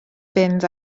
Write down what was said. fynd